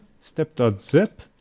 step.zip